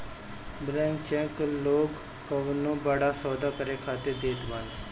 blank cheque लोग कवनो बड़ा सौदा करे खातिर देत बाने